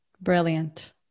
Brilliant